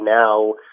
now